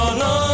no